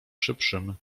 szybszym